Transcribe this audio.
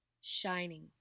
shining